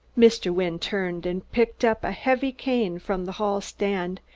mr. wynne turned and picked up a heavy cane from the hall-stand,